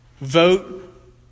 Vote